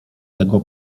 tego